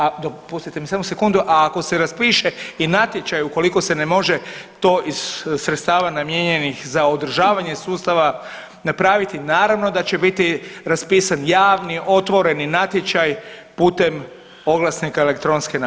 A dopustite mi samo sekundu, a ako se raspiše i natječaj u koliko se ne može to iz sredstava namijenjenih za održavanje sustava napraviti naravno da će biti raspisan javni otvoreni natječaj putem oglasnika elektronske nabave.